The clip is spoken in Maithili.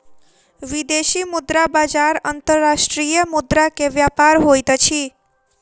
विदेशी मुद्रा बजार अंतर्राष्ट्रीय मुद्रा के व्यापार होइत अछि